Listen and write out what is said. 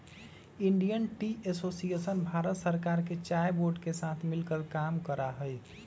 Indian tea association Bharat सरकार के चाय बोर्ड के साथ मिलकर काम करा हई